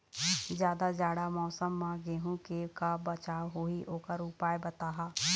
जादा जाड़ा मौसम म गेहूं के का बचाव होही ओकर उपाय बताहा?